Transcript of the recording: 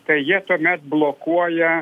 tai jie tuomet blokuoja